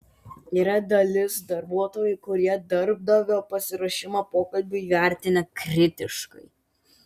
yra dalis darbuotojų kurie darbdavio pasiruošimą pokalbiui vertina kritiškai